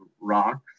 rocks